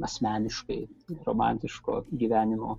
asmeniškai romantiško gyvenimo